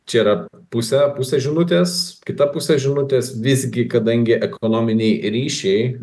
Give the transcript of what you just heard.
čia yra pusę pusę žinutės kita pusė žinutės visgi kadangi ekonominiai ryšiai